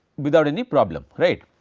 without any problem right.